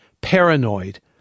paranoid